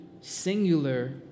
singular